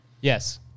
Yes